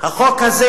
החוק הזה